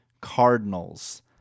Cardinals